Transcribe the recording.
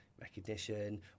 recognition